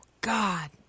God